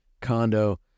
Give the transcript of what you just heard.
condo